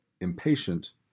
impatient